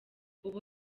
ubu